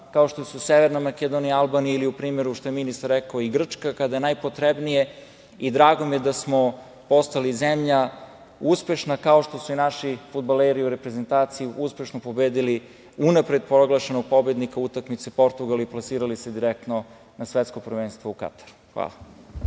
kao što su Severna Makedonija, Albanija ili u primeru, kao što je ministar rekao, Grčka kada je najpotrebnije. Drago mi je da smo postali zemlja uspešna kao što su i naši fudbaleri pobedili unapred proglašenog pobednika Portugal i plasirali se direktno na Svetsko prvenstvo u Kataru. Hvala.